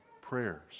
prayers